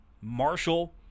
Marshall